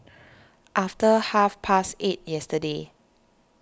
after half past eight yesterday